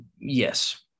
yes